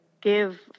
give